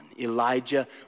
Elijah